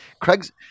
Craig's... –